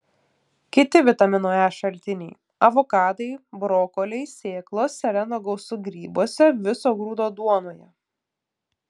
kiti vitamino e šaltiniai avokadai brokoliai sėklos seleno gausu grybuose viso grūdo duonoje